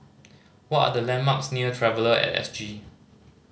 what are the landmarks near Traveller At S G